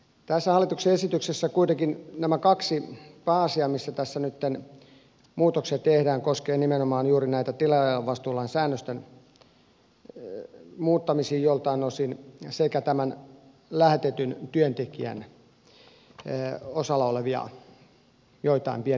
tässä hallituksen esityksessä kuitenkin nämä kaksi pääasiaa missä tässä nytten muutoksia tehdään koskevat nimenomaan juuri näitä tilaajavastuulain säännösten muuttamisia joiltain osin sekä tämän lähetetyn työntekijän osalta olevia joitain pieniä muutoksia